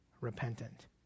repentant